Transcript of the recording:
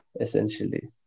essentially